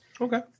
Okay